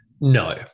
No